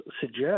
suggest